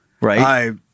Right